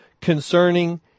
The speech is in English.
concerning